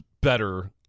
better